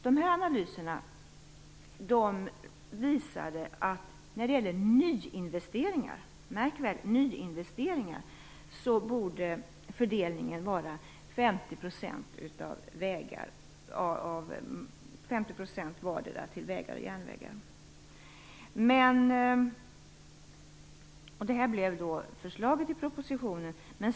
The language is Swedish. Dessa analyser visade att när det gäller nyinvesteringar borde fördelningen vara 50 % vardera till vägar och järnvägar. Det blev då förslaget i propositionen.